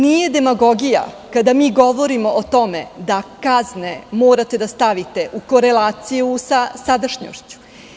Nije demagogija kada mi govorimo o tome da kazne morate da stavite u korelaciju sa sadašnjošću.